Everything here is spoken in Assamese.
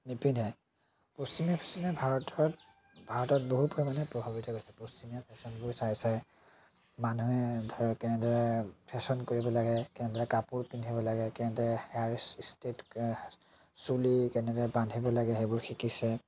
নিপিন্ধে পশ্চিমে পশ্চিমে ভাৰতত ভাৰতত বহু ধৰণে প্ৰভাৱিত কৰিছে পশ্চিমীয়া ফেশ্ৱনবোৰ চাই চাই মানুহে ধৰক কেনেদৰে ফেশ্বন কৰিব লাগে কেনেদৰে কাপোৰ পিন্ধিব লাগে কেনেদৰে হেয়াৰ ষ্ট্ৰেইট চুলি কেনেদৰে বান্ধিব লাগে সেইবোৰ শিকিছে